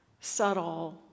subtle